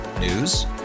News